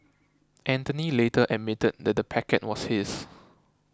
anthony later admitted that the packet was his